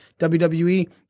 WWE